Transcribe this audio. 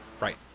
Right